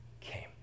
came